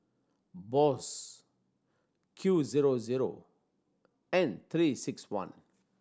Bose Q zero zero and Three Six One